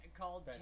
called